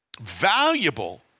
valuable